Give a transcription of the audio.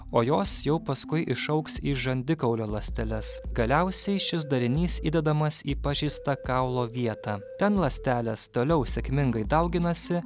o jos jau paskui išaugs į žandikaulio ląsteles galiausiai šis darinys įdedamas į pažeistą kaulo vietą ten ląstelės toliau sėkmingai dauginasi